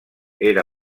era